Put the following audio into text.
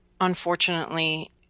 unfortunately